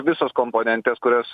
visos komponentės kurios